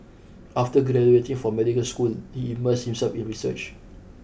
after graduating from medical school he immersed himself in research